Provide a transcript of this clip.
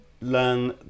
learn